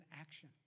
action